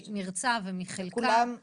ממרצה ומחלקה למען הדבר הזה.